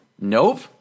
nope